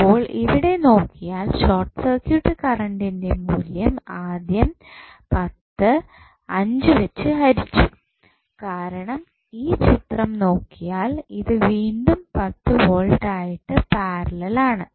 അപ്പോൾ ഇവിടെ നോക്കിയാൽ ഷോർട്ട് സർക്യൂട്ട് കറണ്ടിന്റെ മൂല്യം ആദ്യം 10 5 വെച്ച് ഹരിച്ചൂ കാരണം ഈ ചിത്രം നോക്കിയാൽ ഇത് വീണ്ടും 10 വോൾട്ട് ആയിട്ട് പാരലൽ ആണ്